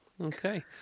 Okay